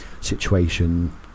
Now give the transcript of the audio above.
situation